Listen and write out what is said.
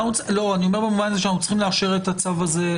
אני אומר במובן הזה שאנחנו צריכים לאשר את הצו הזה,